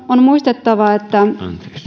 on muistettava että